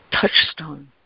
touchstone